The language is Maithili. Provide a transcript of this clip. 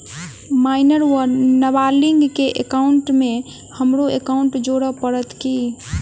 माइनर वा नबालिग केँ एकाउंटमे हमरो एकाउन्ट जोड़य पड़त की?